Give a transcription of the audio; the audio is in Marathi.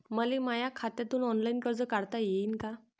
मले माया खात्यातून ऑनलाईन कर्ज काढता येईन का?